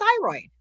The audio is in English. thyroid